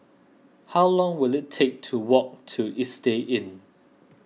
how long will it take to walk to Istay Inn